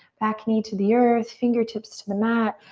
back knee to the earth, fingertips to the mat.